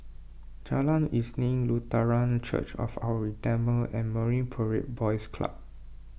Jalan Isnin Lutheran Church of Our Redeemer and Marine Parade Boys Club